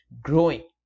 growing